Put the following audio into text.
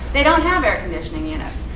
they don't have air conditioning units.